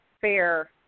Fair